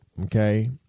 okay